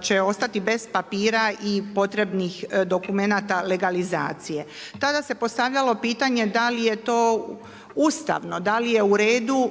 će ostati bez papira i potrebnih dokumenata legalizacije. Tada se postavljalo pitanje da li je to ustavno, da li je u redu